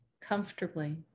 comfortably